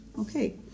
Okay